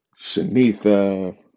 Shanitha